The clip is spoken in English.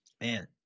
Man